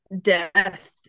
death